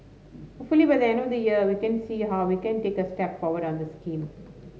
hopefully by the end of the year we can see how we can take a step forward on the scheme